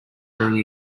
during